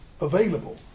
available